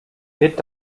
nicht